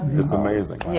it's amazing.